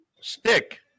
stick